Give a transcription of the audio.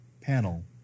panel